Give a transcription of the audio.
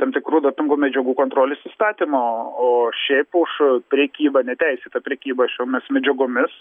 tam tikru dopingo medžiagų kontrolės įstatymu o šiaip už prekybą neteisėtą prekybą šiomis medžiagomis